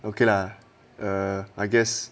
okay lah err I guess